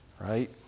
right